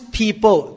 people